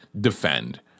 defend